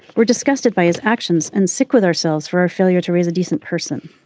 we're disgusted by his actions and sick with ourselves for our failure to raise a decent person.